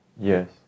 Yes